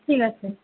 ঠিক আছে